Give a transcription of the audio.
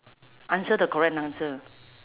answer the correct answer